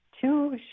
two